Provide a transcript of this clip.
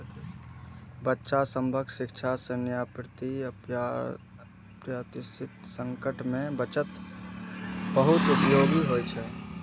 बच्चा सभक शिक्षा, सेवानिवृत्ति, अप्रत्याशित संकट मे बचत बहुत उपयोगी होइ छै